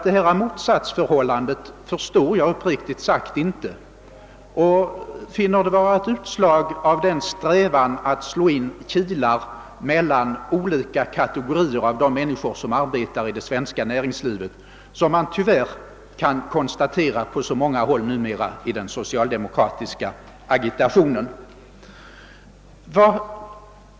Detta motsatsförhållande förstår jag uppriktigt sagt inte; jag finner det vara ett utslag av den strävan att slå in kilar mellan olika kategorier av de människor som arbetar i det svenska näringslivet, som man tyvärr numera kan konstatera på så många håll i den socialdemokratiska agitationen.